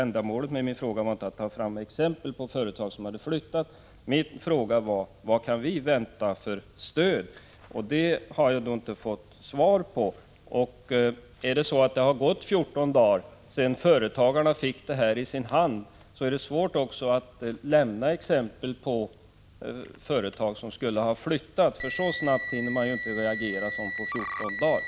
Ändamålet med min fråga var inte att ta fram exempel på företag som flyttat sin verksamhet utan jag ville veta vilket stöd vi kan vänta oss. Jag har dock inte fått något svar. Det har ju bara gått 14 dagar sedan företagarna fick nämnda broschyr i sin hand, och därför är det svårt att ge några exempel på företag som har flyttat sin verksamhet. Så snabbt hinner man ju inte reagera. Det rör sig, som sagt, om endast 14 dagar.